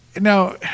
now